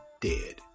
dead